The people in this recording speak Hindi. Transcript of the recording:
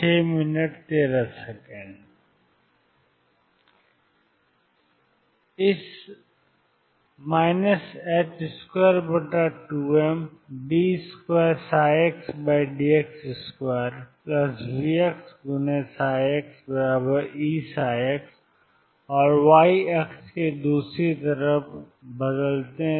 22md2xdx2VxxEψ और y अक्ष के दूसरी तरफ बदलें